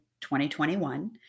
2021